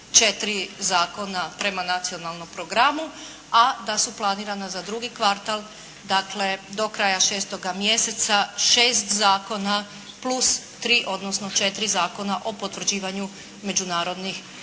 četiri zakona prema nacionalnom programu, a da su planirana za drugi kvartal, dakle do kraja 6. mjeseca, šest zakona plus tri, odnosno četiri zakona o potvrđivanju međunarodnih